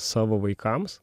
savo vaikams